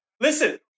Listen